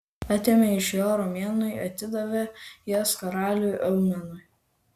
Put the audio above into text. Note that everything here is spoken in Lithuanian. atėmę iš jo romėnai atidavė jas karaliui eumenui